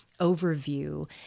overview